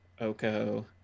Oko